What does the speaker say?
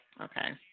Okay